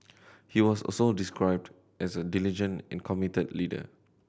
he was also described as a diligent and committed leader